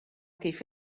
kif